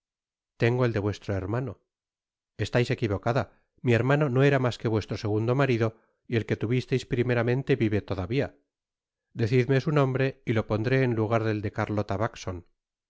tengo el de vuestro hermano estais equivocada mi hermano no era mas que vuestro segundo marido y el que tuvisteis primeramente vive todavia decidme su nombre y lo pondré en lugar del de carlota